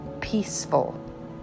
peaceful